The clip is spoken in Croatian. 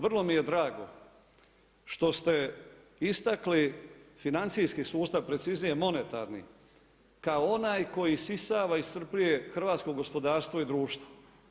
Vrlo mi je drago što ste istakli financijski sustav, preciznije monetarni kao onaj koji isisava, iscrpljuje hrvatsko gospodarstvo i društvo.